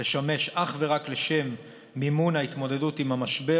תשמש אך ורק לשם מימון ההתמודדות עם המשבר